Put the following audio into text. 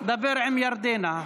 דבר עם ירדנה.